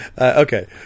Okay